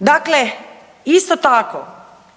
Dakle, isto tako,